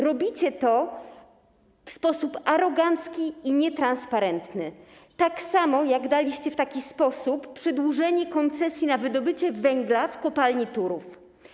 Robicie to w sposób arogancki i nietransparentny, tak samo jak daliście w taki sposób przedłużenie koncesji na wydobycie węgla w kopalni Turów.